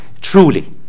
Truly